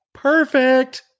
Perfect